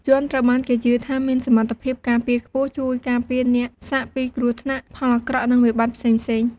យ័ន្តត្រូវបានគេជឿថា មានសមត្ថភាពការពារខ្ពស់ ជួយការពារអ្នកសាក់ពីគ្រោះថ្នាក់ ផលអាក្រក់ និងវិបត្តិផ្សេងៗ។